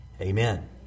amen